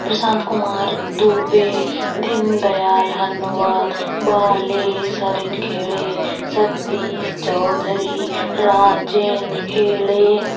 प्रशांत कुमार दूबे दीनदयाल हनुवाद बाले सुरेन खेड़े सतीश चौधरी राजेन्द्र एड़े